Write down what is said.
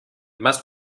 must